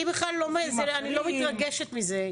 אני לא מתרגשת מזה.